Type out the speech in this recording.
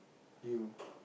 you